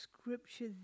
scripture